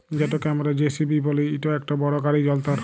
যেটকে আমরা জে.সি.বি ব্যলি ইট ইকট বড় গাড়ি যল্তর